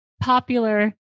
popular